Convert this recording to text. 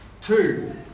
Two